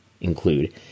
include